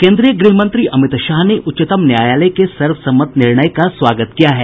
केन्द्रीय गृहमंत्री अमित शाह ने उच्चतम न्यायालय के सर्वसम्मत निर्णय का स्वागत किया है